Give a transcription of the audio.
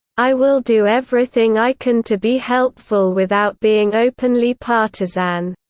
i will do everything i can to be helpful without being openly partisan.